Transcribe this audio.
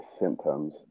symptoms